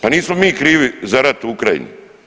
Pa nismo mi krivi za rat u Ukrajini.